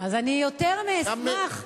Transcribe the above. אז אני יותר מאשמח,